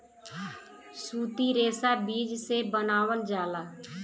सूती रेशा बीज से बनावल जाला